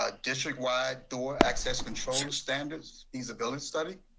ah district-wide, door access control standards, feasibility study.